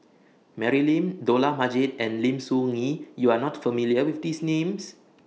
Mary Lim Dollah Majid and Lim Soo Ngee YOU Are not familiar with These Names